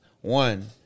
One